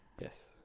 Yes